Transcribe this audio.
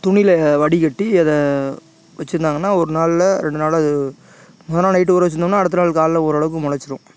துணியில் வடிகட்டி அதை வச்சுருந்தாங்கன்னால் ஒரு நாளில் ரெண்டு நாளில் அது மொதல் நாள் நைட்டு ஊற வச்சுருந்தோம்னா அடுத்த நாள் காலைல ஓரளவுக்கு முளச்சிரும்